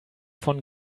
von